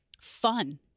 fun